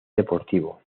deportivo